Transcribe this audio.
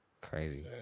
Crazy